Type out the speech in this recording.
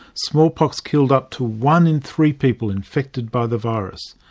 smallpox killed up to one in three people infected by the virus.